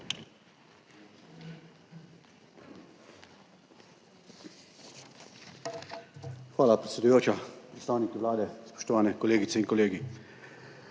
Hvala, predsedujoča. Predstavniki Vlade, spoštovane kolegice in kolegi!